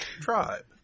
tribe